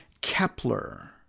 Kepler